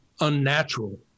unnatural